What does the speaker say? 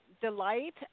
delight